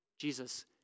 Jesus